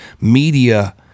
media